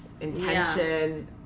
intention